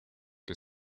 que